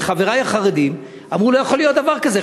וחברי החרדים אמרנו: לא יכול להיות דבר כזה.